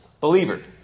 believer